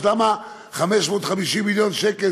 אז למה 550 מיליון שקל,